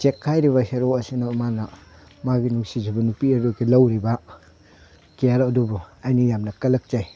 ꯖꯦꯛ ꯍꯥꯏꯔꯤꯕ ꯍꯦꯔꯣ ꯑꯁꯤꯅ ꯃꯥꯅ ꯃꯥꯒꯤ ꯅꯨꯡꯁꯤꯖꯕ ꯅꯨꯄꯤ ꯑꯗꯨꯒꯤ ꯂꯧꯔꯤꯕ ꯀꯤꯌꯥꯔ ꯑꯗꯨꯕꯨ ꯑꯩꯅ ꯌꯥꯝꯅ ꯀꯜꯂꯛꯆꯩ